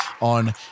on